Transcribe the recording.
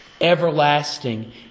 everlasting